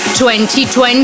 2020